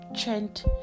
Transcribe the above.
Trend